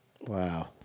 wow